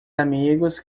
amigos